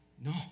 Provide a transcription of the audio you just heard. No